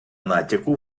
натяку